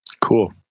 cool